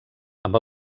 amb